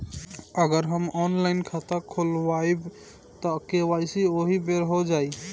अगर हम ऑनलाइन खाता खोलबायेम त के.वाइ.सी ओहि बेर हो जाई